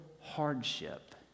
hardship